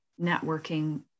networking